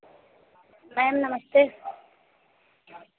ma'am नमस्ते